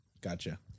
Gotcha